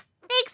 Thanks